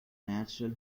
natural